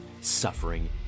suffering